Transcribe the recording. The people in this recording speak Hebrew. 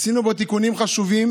עשינו בו תיקונים חשובים,